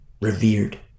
revered